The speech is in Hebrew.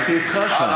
הייתי אתך שם.